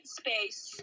space